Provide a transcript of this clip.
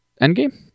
Endgame